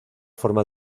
forma